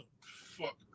fuck